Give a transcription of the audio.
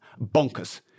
bonkers